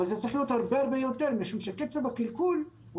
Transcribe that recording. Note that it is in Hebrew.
אבל זה צריך להיות הרבה-הרבה יותר משום שקצב הקלקול הוא